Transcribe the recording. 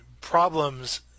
problems